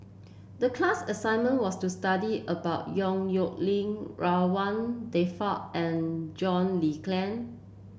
the class assignment was to study about Yong Nyuk Lin Ridzwan Dzafir and John Le Cain